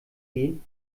gehen